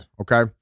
Okay